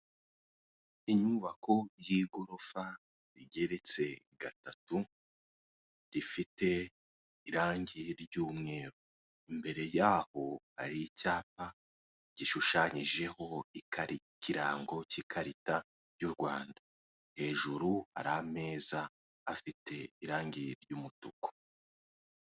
Inyubako y'igorofa igeretse gatatu, rifite irangi ry'umweru imbere yaho hari icyapa gishushanyijeho ikirango cy'ikarita y'u Rwanda, hejuru hari ameza afite irangi ry'umutuku.